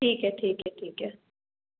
ठीक है ठीक है ठीक है